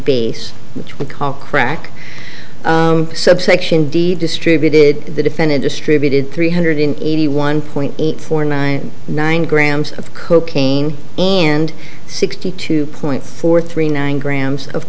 b which we call crack subsection d distributed the defendant distributed three hundred eighty one point eight four nine nine grams of cocaine and sixty two point four three nine grams of